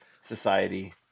society